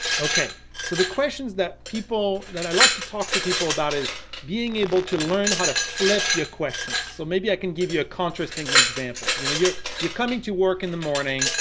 okay so the questions that people, that i like to talk to people about is being able to learn how to flip your questions. so maybe i can give you a contrast in example. you know, you're coming to work in the morning,